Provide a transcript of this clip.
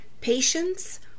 patience